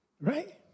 right